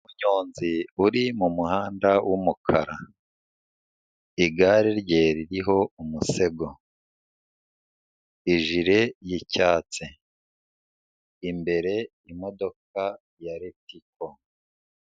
Umunyozi uri mu muhanda w'umukara, igare rye ririho umusego, ijire y'icyatsi, imbere imodoka ya Ritco.